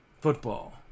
football